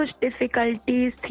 difficulties